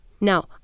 Now